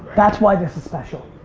that's why this is special.